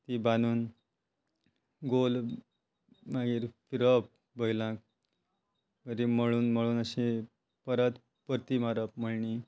ती बांदून गोल मागीर फिरप बैलांक मळून मळून अशी परत परती मारप मळणी